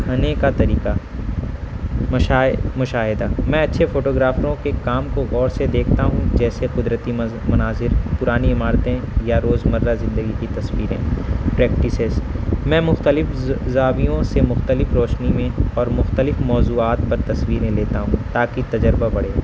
کھانے کا طریقہ مشاہدہ میں اچھے فوٹوگررافروں کے کام کو غور سے دیکھتا ہوں جیسے قدرتی مناظر پرانی عمارتیں یا روز مرہ زندگی کی تصویریں پریکٹسز میں مختلف زاویوں سے مختلف روشنی میں اور مختلف موضوعات پر تصویریں لیتا ہوں تاکہ تجربہ بڑھے